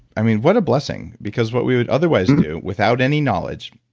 i mean, what a blessing? because what we would otherwise do without any knowledge,